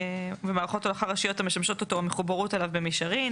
במערכות הולכה ראשיות המשמשות אותו או מחוברות אליו במישרין.